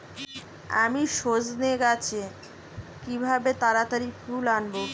আমি সজনে গাছে কিভাবে তাড়াতাড়ি ফুল আনব?